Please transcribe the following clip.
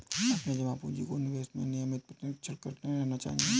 अपने जमा पूँजी और निवेशों का नियमित निरीक्षण करते रहना चाहिए